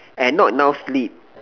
and not enough sleep